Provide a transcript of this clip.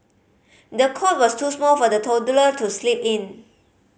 the cot was too small for the toddler to sleep in